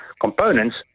components